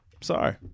Sorry